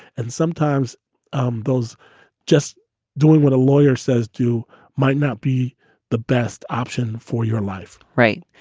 and sometimes um those just doing what a lawyer says do might not be the best option for your life, right?